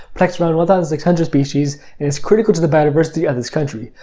protects around one thousand six hundred species, and is critical to the biodiversity of this country.